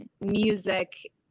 Music